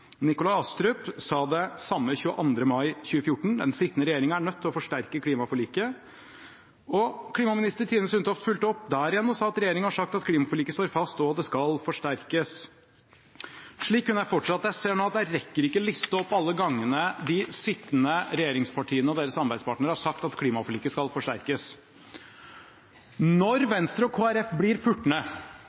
Nikolai Astrup sa det samme 22. mai 2014, at «den sittende regjeringen er nødt til å forsterke klimaforliket». Og klimaminister Tine Sundtoft fulgte opp der igjen og sa: «Regjeringen har sagt at klimaforliket står fast, og det skal forsterkes.» Slik kunne jeg fortsatt. Men jeg ser nå at jeg ikke rekker å liste opp alle gangene de sittende regjeringspartiene og deres samarbeidspartnere har sagt at klimaforliket skal forsterkes. Når Venstre og Kristelig Folkeparti blir